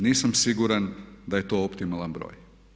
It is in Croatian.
Nisam siguran da je to optimalan broj.